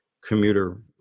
commuter